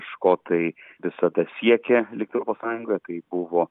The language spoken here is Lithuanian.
škotai visada siekė likti europos sąjungoje kaip buvo